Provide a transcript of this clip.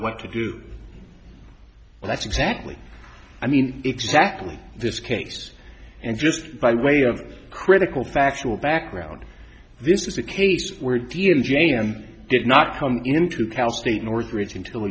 what to do and that's exactly i mean exactly this case and just by way of critical factual background this is a case where d m j m did not come into cal state northridge until a